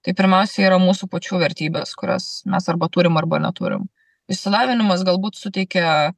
tai pirmiausia yra mūsų pačių vertybės kurias mes arba turim arba neturim išsilavinimas galbūt suteikia